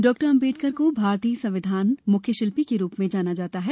doctor Ambedkar को भारतीय संविधान के मुख्य शिल्पी के रूप में जाना जाता है